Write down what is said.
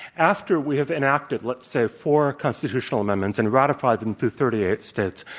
after we have enacted, let's say four constitutional amendments and ratified them through thirty eight states.